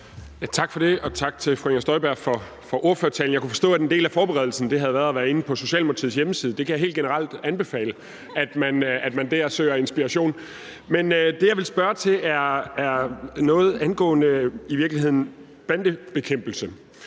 Tak for det, og tak til fru Inger Støjberg for ordførertalen. Jeg kunne forstå, at en del af forberedelsen havde været at være inde på Socialdemokratiets hjemmeside. Jeg kan helt generelt anbefale, at man dér søger inspiration. Men det, jeg vil spørge til, er i virkeligheden noget angående bandebekæmpelse.